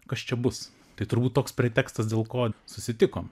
kas čia bus tai turbūt toks pretekstas dėl ko susitikom